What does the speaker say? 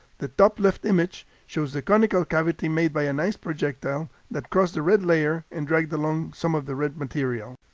the top left image shows the conical cavity made by an ice projectile that crossed the red layer and dragged along some of the red material.